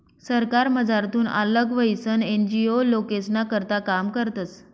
सरकारमझारथून आल्लग व्हयीसन एन.जी.ओ लोकेस्ना करता काम करतस